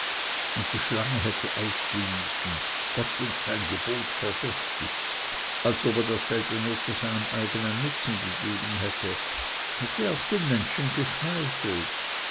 und die schlange hätte aufgewiesen gott und sein gebot verdächtigt als ob er dasselbe nur zu seinem eigenen nutzen gegeben hätte hätte auch den menschen geschmeichelt